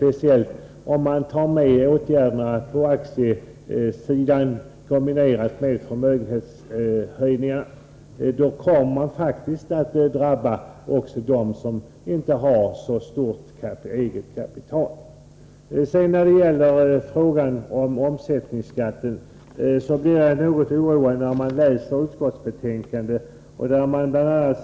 Och om man också tar med åtgärderna på aktiesidan blir faktiskt också de som inte har så stort eget kapital drabbade. I fråga om omsättningsskatten på aktier blir man något oroad när man läser utskottsbetänkandet.